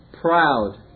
proud